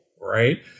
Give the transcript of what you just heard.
right